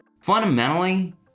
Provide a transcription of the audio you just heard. Fundamentally